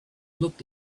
looked